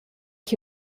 che